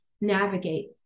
navigate